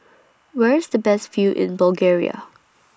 Where IS The Best View in Bulgaria